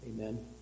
amen